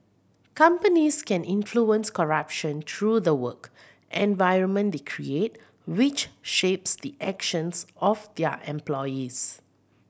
companies can influence corruption through the work environment they create which shapes the actions of their employees